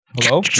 Hello